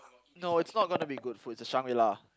no it's not gonna be good food it's a Shangri-La